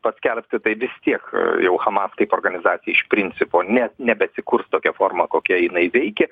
paskelbti tai vis tiek jau hamas kaip organizacija iš principo ne nebeatsikurs tokia forma kokia jinai veikė